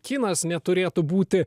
kinas neturėtų būti